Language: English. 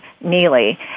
Neely